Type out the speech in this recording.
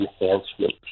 enhancement